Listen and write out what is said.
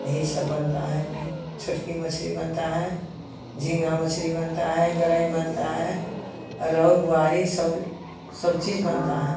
यही सब बनता है मीट छोटकी मछ्ली बनती है झीँगा मछ्ली बनती है गरई मछ्ली बनती है रेहू बोआरी सब सब चीज़ बनती है